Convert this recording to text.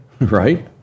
right